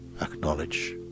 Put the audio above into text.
Acknowledge